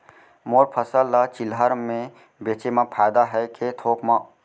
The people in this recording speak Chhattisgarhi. मोर फसल ल चिल्हर में बेचे म फायदा है के थोक म?